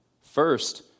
First